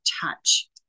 touch